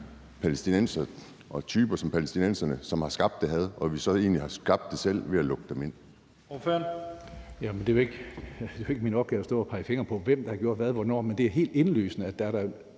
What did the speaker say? palæstinensere og typer som palæstinenserne, som har skabt det had, og at vi så egentlig har skabt det selv ved at lukke dem ind?